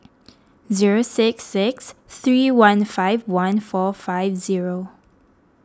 zero six six three one five one four five zero